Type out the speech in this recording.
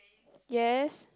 yes